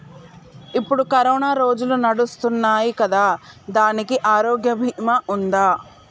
ఇప్పుడు కరోనా రోజులు నడుస్తున్నాయి కదా, దానికి ఆరోగ్య బీమా ఉందా?